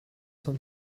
san